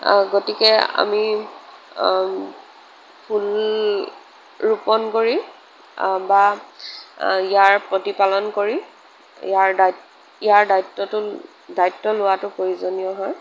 গতিকে আমি ফুল ৰোপণ কৰি বা ইয়াৰ প্ৰতিপালন কৰি ইয়াৰ দা ইয়াৰ দায়িত্বটো দায়িত্ব লোৱাটো প্ৰয়োজনীয় হয়